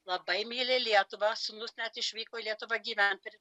labai myli lietuvą sūnus net išvyko į lietuvą gyventi ir